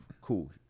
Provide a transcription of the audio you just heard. Cool